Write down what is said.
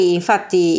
infatti